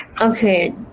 Okay